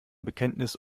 bekenntnis